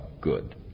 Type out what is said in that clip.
good